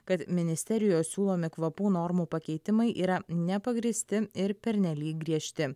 kad ministerijos siūlomi kvapų normų pakeitimai yra nepagrįsti ir pernelyg griežti